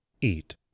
eat